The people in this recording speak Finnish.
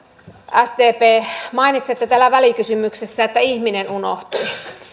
sdp mainitsette täällä välikysymyksessä että ihminen unohtui